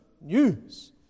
news